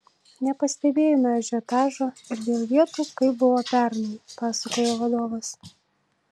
nepastebėjome ažiotažo ir dėl vietų kaip buvo pernai pasakojo vadovas